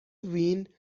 وین